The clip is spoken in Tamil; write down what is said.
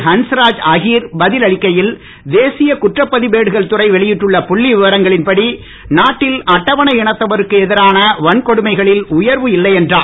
ஹன்ஸ்ராத் அஹிர் பதில் அளிக்கையில் தேசிய குற்றப்பதிவேடுகள் துறை வெளியிட்டுள்ள புள்ளி விவரங்கள் படி நாட்டில் அட்டவணை இனத்தினருக்கு எதிரான வன்கொடுமைகளில் உயர்வு இல்லை என்றார்